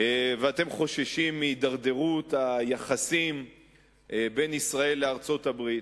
ואתם חוששים מהידרדרות היחסים בין ישראל לארצות-הברית,